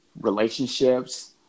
relationships